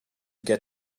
get